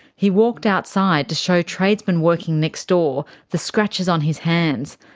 he walked outside to show tradesmen working next-door the scratches on his hands,